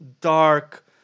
dark